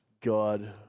God